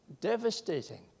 devastating